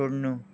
छोड्नु